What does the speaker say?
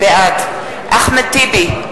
בעד אחמד טיבי,